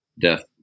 death